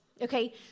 okay